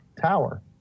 tower